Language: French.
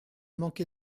manqué